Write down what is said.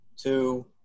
two